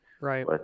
Right